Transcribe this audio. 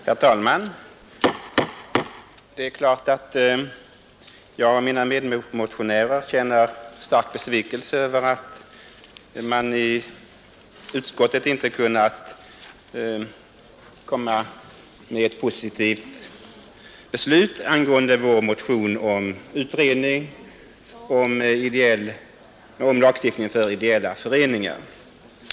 Herr talman! Det är klart att mina medmotionärer och jag känner stark besvikelse över att man i utskottet inte har kunnat fatta ett positivt beslut rörande vårt motionsyrkande om en utredning angående ideella föreningar.